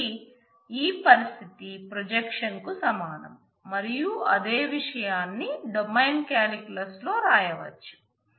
కాబట్టి ఈ పరిస్థితి ప్రొజెక్షన్ కు సమానం మరియు అదే విషయాన్ని డొమైన్ కాలిక్యులస్ లో రాయవచ్చు